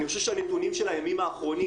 אני חושב שהנתונים של הימים האחרונים,